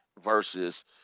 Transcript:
versus